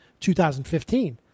2015